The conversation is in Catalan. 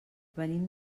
venim